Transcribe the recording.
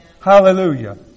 Hallelujah